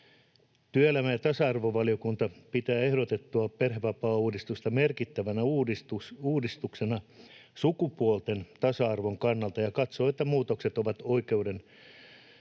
Työelämä- ja tasa-arvovaliokunta pitää ehdotettua perhevapaauudistusta merkittävänä uudistuksena sukupuolten tasa-arvon kannalta ja katsoo, että muutokset ovat oikeansuuntaisia